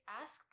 ask